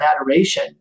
adoration